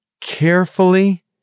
carefully